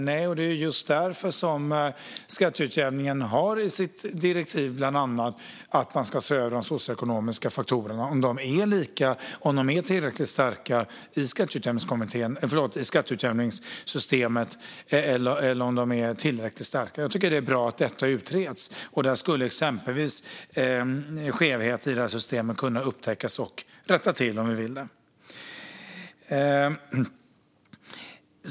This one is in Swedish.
Nej, och det är just därför utredningen om skatteutjämningen bland annat har direktiv att se över de socioekonomiska faktorerna, om de är lika i skatteutjämningssystemet och om de är tillräckligt starka. Jag tycker att det är bra att detta utreds. Där skulle exempelvis skevheter i det här systemet kunna upptäckas och rättas till om vi vill det.